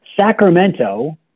Sacramento